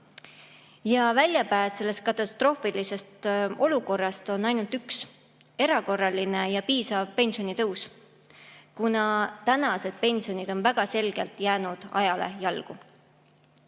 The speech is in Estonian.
Väljapääs sellest katastroofilisest olukorrast on ainult üks: erakorraline ja piisav pensionitõus, kuna tänased pensionid on väga selgelt jäänud ajale jalgu.